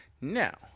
Now